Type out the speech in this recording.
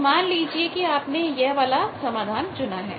तो मान लीजिए कि आपने यह वाला समाधान चुना है